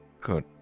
Good